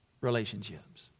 relationships